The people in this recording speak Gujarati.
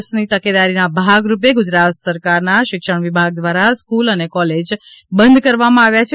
કોરોના વાયરસ તકેદારીના ભાગરૂપે ગુજરાત સરકારના શિક્ષણ વિભાગ દ્વારા સ્કૂલ અને કોલેજ બંધ કરાવવામાં આવ્યા છે